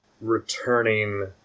returning